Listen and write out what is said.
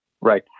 Right